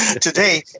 today